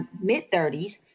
mid-30s